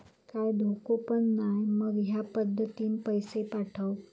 काय धोको पन नाय मा ह्या पद्धतीनं पैसे पाठउक?